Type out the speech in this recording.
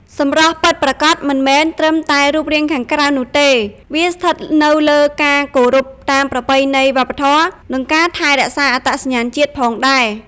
សម្រស់ពិតប្រាកដមិនមែនត្រឹមតែរូបរាងខាងក្រៅនោះទេ វាស្ថិតនៅលើការគោរពតាមប្រពៃណីវប្បធម៌និងការថែរក្សាអត្តសញ្ញាណជាតិផងដែរ។